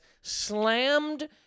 slammed